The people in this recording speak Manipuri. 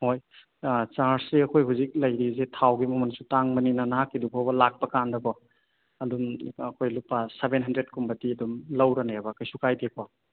ꯍꯣꯏ ꯑꯥ ꯆꯥꯔꯖꯁꯦ ꯑꯩꯈꯣꯏ ꯍꯧꯖꯤꯛ ꯂꯩꯔꯤꯁꯦ ꯊꯥꯎꯒꯤ ꯃꯃꯟꯗꯤ ꯇꯥꯡꯕꯅꯤꯅ ꯅꯍꯥꯛꯀꯤꯗꯨ ꯐꯥꯎꯕ ꯂꯥꯛꯄ ꯀꯥꯟꯗ ꯀꯣ ꯑꯗꯨꯝ ꯑꯩꯈꯣꯏ ꯂꯨꯄꯥ ꯁꯕꯦꯟ ꯍꯟꯗ꯭ꯔꯦꯗ ꯀꯨꯝꯕꯗꯤ ꯑꯗꯨꯝ ꯂꯧꯔꯅꯦꯕ ꯀꯩꯁꯨ ꯀꯥꯏꯗꯦꯀꯣ